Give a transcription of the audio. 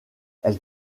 elle